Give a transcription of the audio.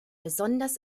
besonders